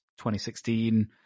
2016